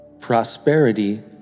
Prosperity